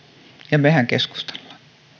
ja mehän keskustelemme